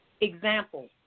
Example